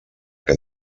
que